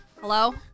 Hello